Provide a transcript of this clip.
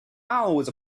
always